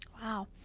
Wow